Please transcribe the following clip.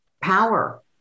power